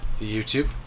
YouTube